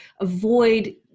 avoid